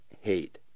hate